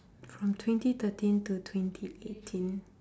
from twenty thirteen to twenty eighteen